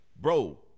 bro